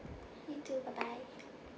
you too bye bye